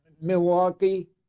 Milwaukee